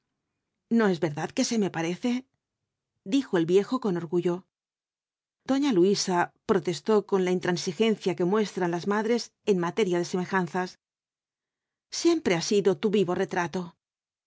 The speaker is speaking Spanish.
no es verdad que se me parece dijo el viejo con orgullo doña luisa protestó con la intransigencia que muestran las madres en materia de semejanzas siempre ha sido tu vivo retrato